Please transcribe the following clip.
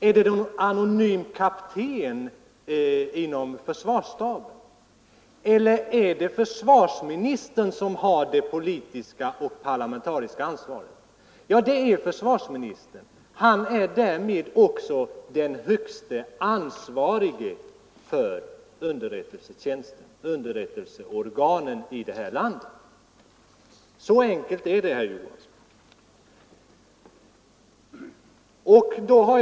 Är det någon anonym kapten inom försvarsstaben eller är det försvarsministern som har det politiska och parlamentariska ansvaret? Ja, det är försvarsministern, och han är därmed också den högste ansvarige för underrättelseorganen i vårt land. Så enkelt är det, herr Johansson i Trollhättan.